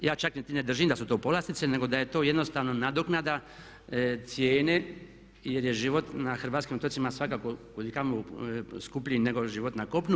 Ja čak niti ne držim da su to povlastice nego da je to jednostavno nadoknada cijene jer je život na hrvatskim otocima svakako kud i kamo skuplji nego život na kopunu.